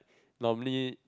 normally